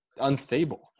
unstable